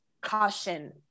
caution